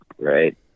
Right